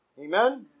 Amen